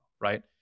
Right